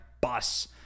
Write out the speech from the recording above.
bus